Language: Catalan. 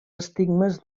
estigmes